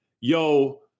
Yo